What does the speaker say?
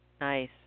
Nice